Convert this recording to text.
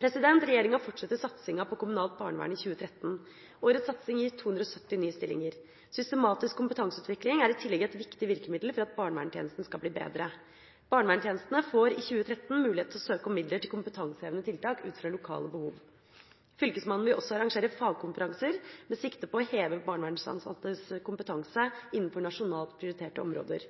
Regjeringa fortsetter satsinga på kommunalt barnevern i 2013. Årets satsing gir 270 nye stillinger. Systematisk kompetanseutvikling er i tillegg et viktig virkemiddel for at barnevernstjenesten skal bli bedre. Barnevernstjenestene får i 2013 mulighet til å søke om midler til kompetansehevende tiltak ut fra lokale behov. Fylkesmannen vil også arrangere fagkonferanser med sikte på å heve barnevernsansattes kompetanse innenfor nasjonalt prioriterte områder.